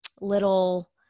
little